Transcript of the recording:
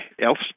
else